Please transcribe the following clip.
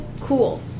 cool